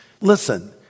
Listen